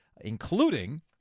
including